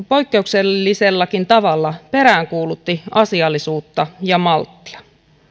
poikkeuksellisellakin tavalla peräänkuulutti asiallisuutta ja malttia